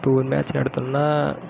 இப்போது மேட்ச் நடத்துனுனா